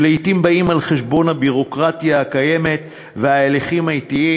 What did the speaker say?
שלעתים באים על חשבון הביורוקרטיה הקיימת וההליכים האטיים.